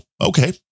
Okay